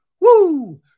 woo